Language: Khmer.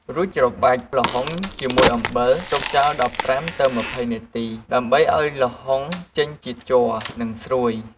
រួចច្របាច់ល្ហុងជាមួយអំបិល ទុកចោល ១៥-២០ នាទី ដើម្បីឲ្យល្ហុងចេញជាតិជ័រ និងស្រួយ។